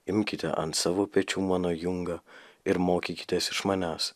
imkite ant savo pečių mano jungą ir mokykitės iš manęs